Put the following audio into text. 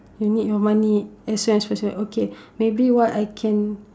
you need your money as soon as possible okay maybe what I can